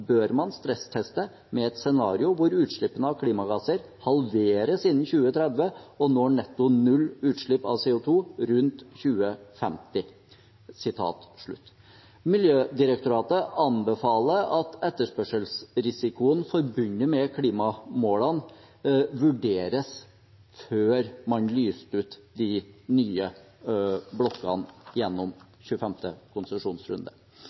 bør man stressteste med et scenario hvor utslippene av klimagasser halveres innen 2030, og når netto null utslipp av CO 2 rundt 2050.» Miljødirektoratet anbefaler videre at etterspørselsrisikoen forbundet med klimamålene ble vurdert før man lyste ut de nye blokkene i 25. konsesjonsrunde.